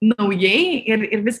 naujai ir ir vis